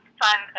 fun